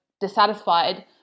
dissatisfied